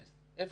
אפס אבטלה.